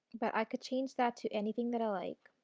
but i could change that to anything that i like.